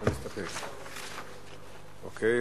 אוקיי.